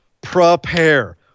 prepare